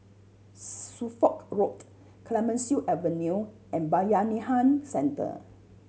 Suffolk Road Clemenceau Avenue and Bayanihan Centre